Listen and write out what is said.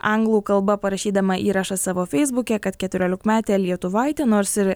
anglų kalba parašydama įrašą savo feisbuke kad keturiolikmetė lietuvaitė nors ir